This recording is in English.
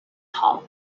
tall